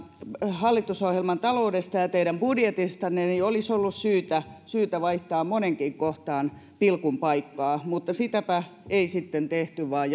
hallitusohjelman taloudesta ja teidän budjetistanne niin olisi ollut syytä syytä vaihtaa moneenkin kohtaan pilkun paikkaa mutta sitäpä ei sitten tehty vaan